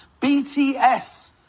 BTS